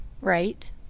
Right